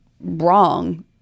wrong